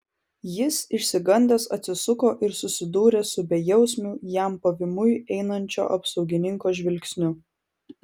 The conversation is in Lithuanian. jis išsigandęs atsisuko ir susidūrė su bejausmiu jam pavymui einančio apsaugininko žvilgsniu